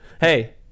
hey